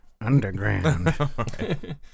underground